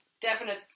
definite